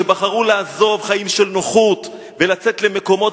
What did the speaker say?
שבחרו לעזוב חיים של נוחות ולצאת למקומות